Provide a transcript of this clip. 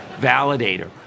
validator